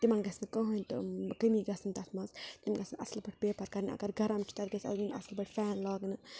تِمَن گَژھِ نہٕ کٕہٕنۍ تہِ کٔمی گژھٕنۍ تَتھ منٛز تِم گَژھن اَصٕل پٲٹھۍ پیپَر کَرنہِ اگر گَرم چھُ تَتہِ گژھِ یُن اَصٕل پٲٹھۍ فین لاگنہٕ